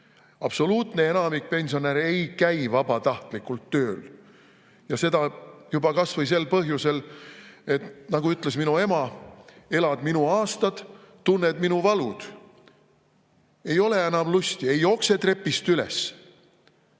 Absoluutne enamik pensionäre ei käi vabatahtlikult tööl, ja seda juba kas või sel põhjusel, nagu ütles minu ema: elad minu aastad, tunned minu valud. Ei ole enam lusti, ei jookse trepist üles.